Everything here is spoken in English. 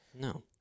no